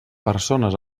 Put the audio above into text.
persones